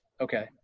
Okay